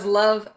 love